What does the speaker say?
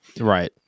Right